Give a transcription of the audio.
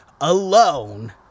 Alone